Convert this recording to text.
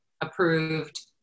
approved